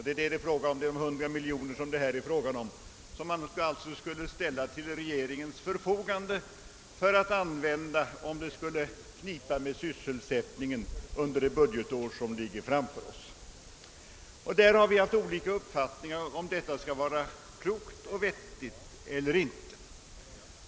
Det är 100 miljoner kronor, som sålunda skulle ställas till regeringens förfogande för att användas, därest det skulle knipa med sysselsättningen under nästa budgetår. Inom utskottet har det funnits olika uppfattningar om huruvida detta skall anses vara klokt och vettigt eller icke.